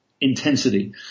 intensity